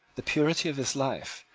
the purity of his life,